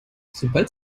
sobald